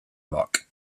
rock